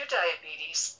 diabetes